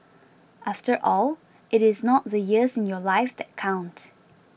after all it is not the years in your life that count